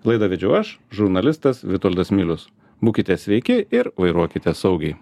laidą vedžiau aš žurnalistas vitoldas milius būkite sveiki ir vairuokite saugiai